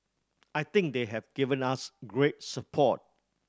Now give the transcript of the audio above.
I think they have given us great support